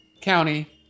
County